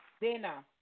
dinner